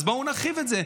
אז בואו נרחיב את זה.